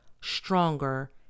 stronger